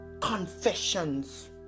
confessions